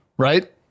right